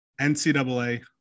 NCAA